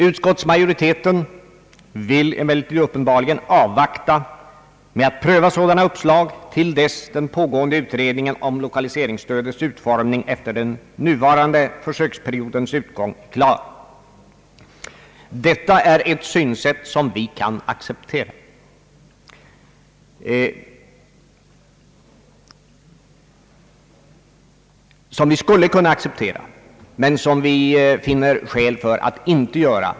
Utskottsmajoriteten vill emellertid uppenbarligen avvakta med att pröva sådana uppslag till dess den pågående utredningen om lokaliseringsstödets utformning efter den nuvarande försöks periodens utgång är klar. Detta är ett synsätt som vi i dagens läge inte kan acceptera.